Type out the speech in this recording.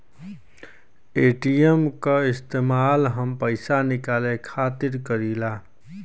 ATM क इस्तेमाल हम पइसा निकाले खातिर करीला